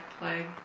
plague